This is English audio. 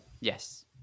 Yes